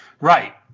right